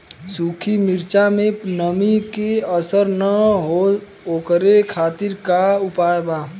सूखा मिर्चा में नमी के असर न हो ओकरे खातीर का उपाय बा?